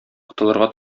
котылырга